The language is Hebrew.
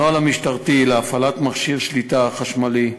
1. הנוהל המשטרתי להפעלת מכשיר שליטה חשמלי,